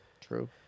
True